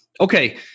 okay